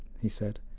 he said.